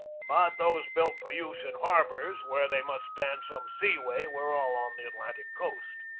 but those built for use in harbors where they must stand some seaway were all on the atlantic coast.